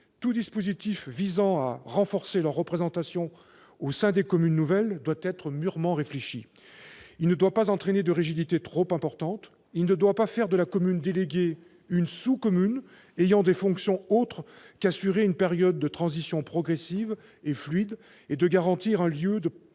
tout dispositif visant à renforcer leur représentation au sein des communes nouvelles doit être mûrement réfléchi ; il ne doit pas entraîner de rigidité trop importante, il ne doit pas faire de la commune déléguée une sous-commune ayant des fonctions autres que celle qui consiste à assurer une période de transition progressive et fluide et à garantir un lien de proximité